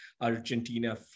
Argentina